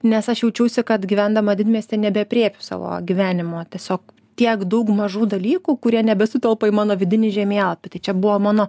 nes aš jaučiausi kad gyvendama didmiesty nebeaprėpiu savo gyvenimo tiesiog tiek daug mažų dalykų kurie nebesutelpa į mano vidinį žemėlapį tai čia buvo mano